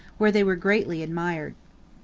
where they were greatly admired.